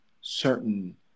certain